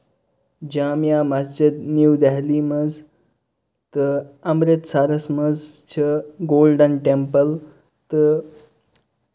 جامع Masjid New Delhi مَنٛز تہٕ امرِتسَرَس مَنٛز چھِ گولڈن ٹٮ۪مپٕل تہٕ